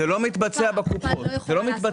מתבצע בקופות.